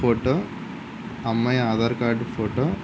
photo అమ్మాయి Aadhaar card photo